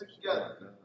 together